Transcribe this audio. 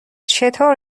چطور